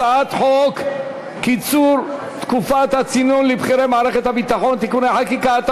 הצעת חוק קיצור תקופת הצינון לבכירי מערכת הביטחון (תיקוני חקיקה),